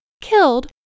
killed